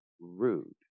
rude